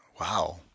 wow